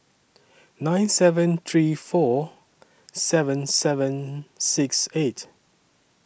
nine seven three four seven seven six eight